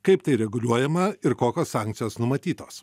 kaip tai reguliuojama ir kokios sankcijos numatytos